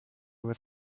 with